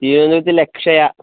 ഈ ഒരിതെന്നുവെച്ചാൽ ലെക്ഷയ